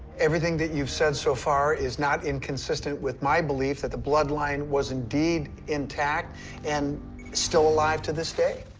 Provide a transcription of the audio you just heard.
everything that you've said so far is not inconsistent with my belief that the bloodline was indeed intact and still alive to this day.